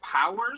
powers